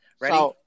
Ready